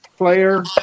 Player